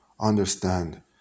understand